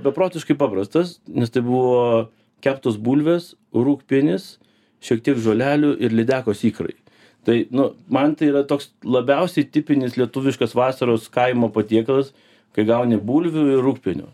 beprotiškai paprastas nes tai buvo keptos bulvės rūgpienis šiek tiek žolelių ir lydekos ikrai tai nu man tai yra toks labiausiai tipinis lietuviškas vasaros kaimo patiekalas kai gauni bulvių ir rūgpienio